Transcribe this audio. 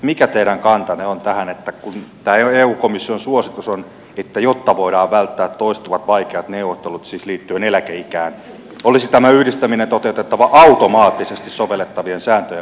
mikä teidän kantanne on tähän että kun eu komission suositus on että jotta voidaan välttää toistuvat vaikeat neuvottelut siis liittyen eläkeikään olisi tämä yhdistäminen toteutettava automaattisesti sovellettavien sääntöjen perusteella